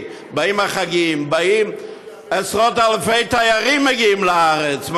באים החגים, באים עשרות-אלפי תיירים, מגיעים לארץ.